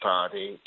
Party